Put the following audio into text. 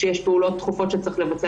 כשיש פעולות דחופות שצריך לבצע,